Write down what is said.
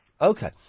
okay